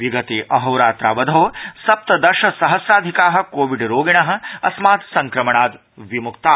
विगते अहोरात्रावधौ सप्तदश सहस्राधिका कोविड् रोगिण अस्मात् संक्रमणाद् विम्क्ता